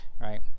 Right